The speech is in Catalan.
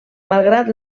malgrat